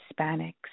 Hispanics